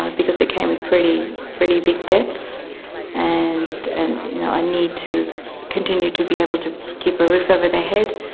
ah because they came with pretty pretty big debts and and you know a need to continue to be able to keep a roof over their head.